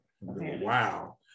Wow